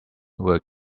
were